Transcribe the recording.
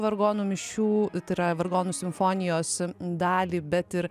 vargonų mišių tai yra vargonų simfonijos dalį bet ir